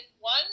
one